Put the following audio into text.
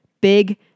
Big